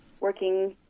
working